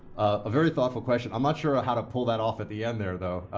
a very thoughtful question. i'm not sure ah how to pull that off at the end there, though,